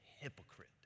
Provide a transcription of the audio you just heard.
hypocrite